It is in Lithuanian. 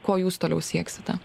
ko jūs toliau sieksite